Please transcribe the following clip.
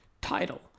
title